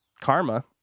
Karma